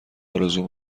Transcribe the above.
آرزو